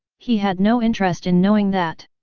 he had no interest in knowing that.